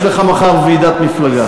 יש לך מחר ועידת מפלגה.